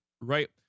right